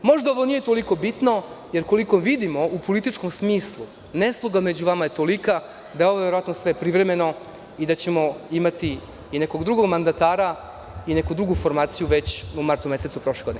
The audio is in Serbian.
Možda ovo nije toliko bitno, jer koliko vidimo u političkom smislu nesloga među vama je tolika da je ovo verovatno sve privremeno i da ćemo imati i nekog drugog mandatara i neku drugu formaciju već u martu mesecu naredne godine.